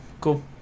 cool